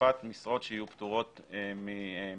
בהוספת משרות שיהיו פטורות ממכרז